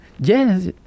Yes